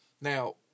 Now